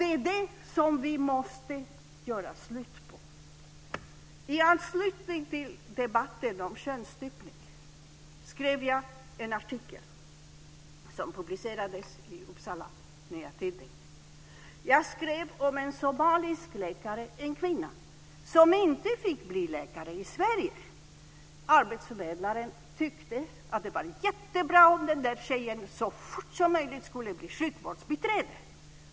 Det är det som vi måste göra slut på. I anslutning till debatten om könsstympning skrev jag en artikel som publicerades i Upsala Nya Tidning. Jag skrev om en somalisk läkare, en kvinna, som inte fick bli läkare i Sverige. Arbetsförmedlaren tyckte att det var jättebra om den där tjejen så fort som möjligt kunde bli sjukvårdsbiträde.